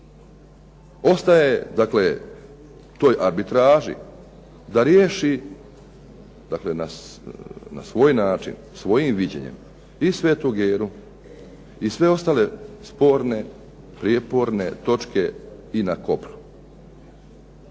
Ostaje toj arbitraži da riješi na svoj način, svojim viđenjem i Svetu Geru i sve ostale sporne, prijeporne točke i na kopunu.